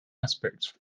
aspects